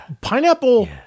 pineapple